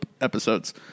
episodes